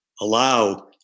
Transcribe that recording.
allow